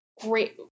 great